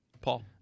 Paul